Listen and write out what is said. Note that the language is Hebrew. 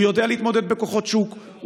הוא יודע להתמודד עם כוחות השוק,